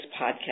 podcast